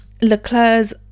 Leclerc's